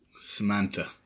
Samantha